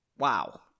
wow